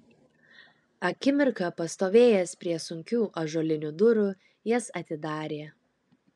akimirką pastovėjęs prie sunkių ąžuolinių durų jas atidarė